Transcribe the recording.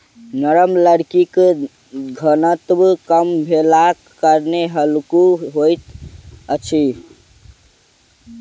नरम लकड़ीक घनत्व कम भेलाक कारणेँ हल्लुक होइत अछि